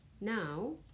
now